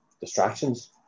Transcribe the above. distractions